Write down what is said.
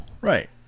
Right